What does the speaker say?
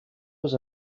was